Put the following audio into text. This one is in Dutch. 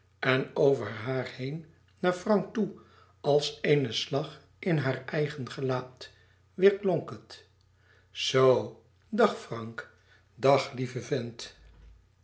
en ver haar heen naar frank toe als een slag in haar eigen gelaat weêrklonk het zoo dag frank dag lieve vent